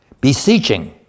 Beseeching